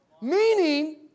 Meaning